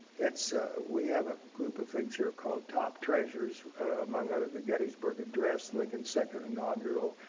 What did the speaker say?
it's we have a group of things here called top treasures among other, the gettysburg address, lincoln's second inaugural,